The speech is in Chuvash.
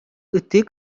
ытти